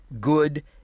good